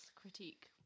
critique